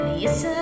Yes